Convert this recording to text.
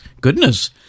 Goodness